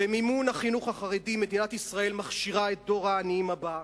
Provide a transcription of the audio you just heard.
במימון החינוך החרדי מדינת ישראל מכשירה את דור העניים הבא,